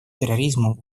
терроризмом